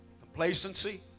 Complacency